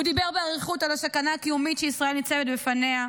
הוא דיבר באריכות על הסכנה הקיומית שישראל ניצבת בפניה,